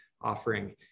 offering